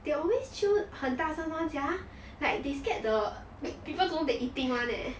they always chew 很大声 [one] sia like they scared the people don't know they eating [one] leh